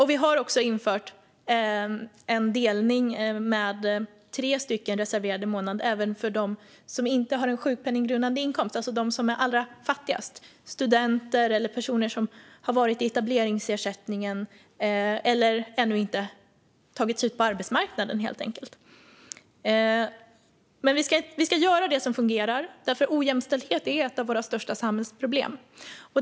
Vi har också infört en delning med tre reserverade månader även för dem som inte har en sjukpenninggrundande inkomst, alltså de som är allra fattigast: studenter eller personer som har varit i etableringsersättningen eller ännu inte tagits ut på arbetsmarknaden. Men vi ska göra det som fungerar, för ojämställdhet är ett av våra största samhällsproblem.